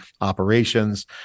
operations